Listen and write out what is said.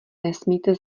nesmíte